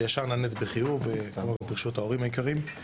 וישר נענית בחיוב, ברשות ההורים יקרים.